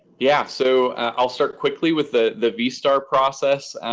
yeah. so i'll start quickly with the the vstar process.